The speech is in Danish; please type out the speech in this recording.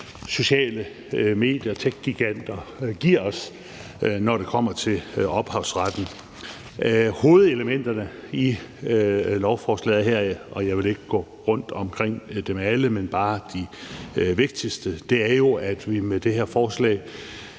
sociale medier og techgiganter giver os, når det kommer til ophavsretten. Hovedelementerne i lovforslaget her – og jeg vil ikke gå rundt om dem alle, men bare nævne de vigtigste – er jo, at vi med det her forslag